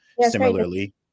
Similarly